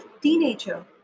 teenager